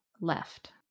left